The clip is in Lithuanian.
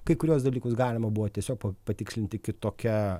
kai kuriuos dalykus galima buvo tiesiog patikslinti kitokia